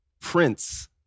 Prince